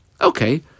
Okay